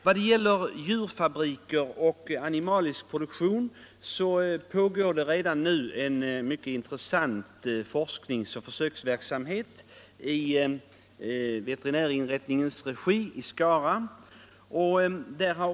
Vad beträffar animalieproduktion och djurfabriker kan nämnas att det pågår en mycket intressant forsknings-och försöksverksamhet i veterinärinrättningens regi i Skara.